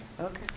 Okay